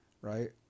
Right